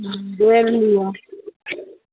जोड़ि लियौ